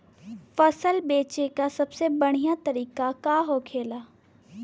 फसल बेचे का सबसे बढ़ियां तरीका का होखेला?